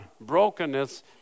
brokenness